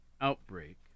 outbreak